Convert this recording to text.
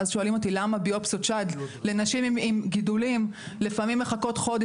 ואז שואלים אותי למה ביופסיות שד לנשים עם גידולים לפעמים מחכות חודש.